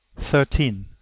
thirteen.